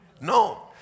No